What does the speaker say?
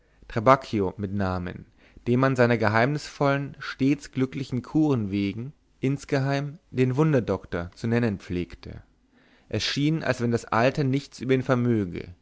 mit namen den man seiner geheimnisvollen stets glücklichen kuren wegen insgemein den wunderdoktor zu nennen pflegte es schien als wenn das alter nichts über ihn vermöge